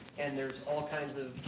and there's all kinds of,